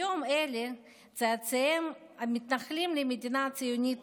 היום אלה צאצאיהם המתנכלים למדינה ציונית